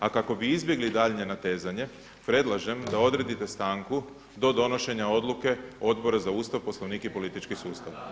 A kako bi izbjegli daljnje natezanje predlažem da odredite stanku do donošenja odluke Odbora za Ustav, Poslovnik i politički sustav.